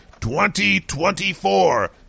2024